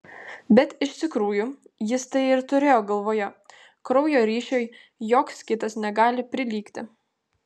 bet iš tikrųjų jis tai ir turėjo galvoje kraujo ryšiui joks kitas negali prilygti